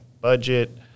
Budget